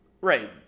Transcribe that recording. right